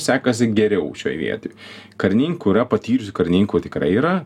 sekasi geriau šioj vietoj karininkų yra patyrusių karininkų tikrai yra